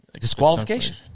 Disqualification